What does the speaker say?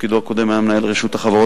שבתפקידו הקודם היה מנהל רשות החברות